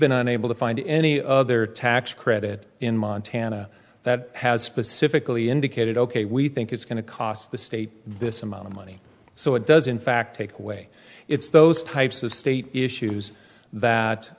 been unable to find any other tax credit in montana that has specifically indicated ok we think it's going to cost the state this amount of money so it does in fact take away it's those types of state issues that